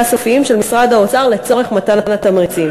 סופיים של משרד האוצר לצורך מתן התמריצים.